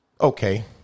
okay